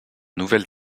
nouvelle